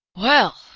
well,